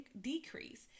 decrease